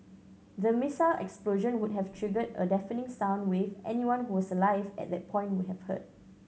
the missile explosion would have triggered a deafening sound wave anyone who was alive at that point would have heard